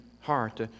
heart